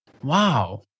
Wow